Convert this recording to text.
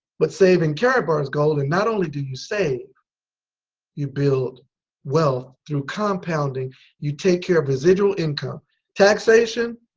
but save in karatbars gold and not only do you save you build wealth through compounding you take care of residual income taxation,